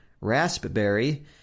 raspberry